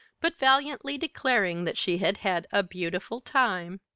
but valiantly declaring that she had had a beautiful time,